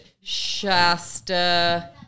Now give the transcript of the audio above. Shasta